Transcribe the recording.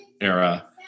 era